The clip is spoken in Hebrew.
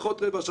פחות רבע שעה,